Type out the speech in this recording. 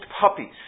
puppies